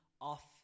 off